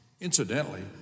Incidentally